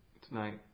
tonight